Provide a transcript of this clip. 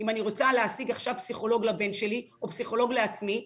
אם אני רוצה להשיג עכשיו פסיכולוג לבן שלי או פסיכולוג לעצמי,